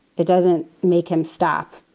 it doesn't make him stop.